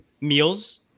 meals